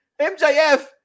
MJF